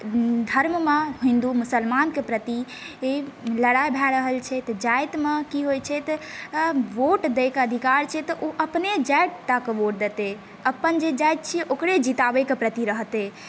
धर्ममे हिन्दु मुसलमानके प्रति लड़ाइ भए रहल छै तऽ जातिमे की होइ छै वोट दै कऽ अधिकार छै तऽ ओ अपने जातिटाके वोट देतै अपन जे जाति छी ओकरे जिताबैके रहतै